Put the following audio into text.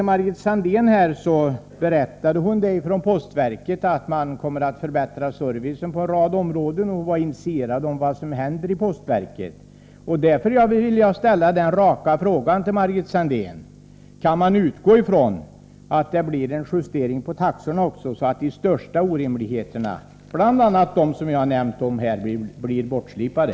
Margit Sandéhn berättade att postverket kommer att förbättra servicen på en rad områden. Hon var initierad om vad som händer i postverket. Därför vill jag ställa en rak fråga till Margit Sandéhn: Kan man utgå från att det blir en justering av taxorna så att de största orimligheterna, bl.a. dem som jag har omnämnt, blir bortslipade?